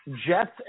Jets